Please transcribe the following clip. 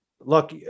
look